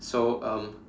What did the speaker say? so um